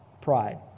pride